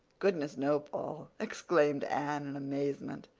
goodness, no, paul, exclaimed anne in amazement.